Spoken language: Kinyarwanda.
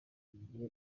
gihe